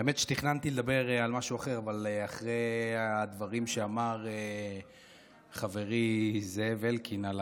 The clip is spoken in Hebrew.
האמת שתכננתי לדבר על משהו אחר אבל אחרי הדברים שאמר חברי זאב אלקין על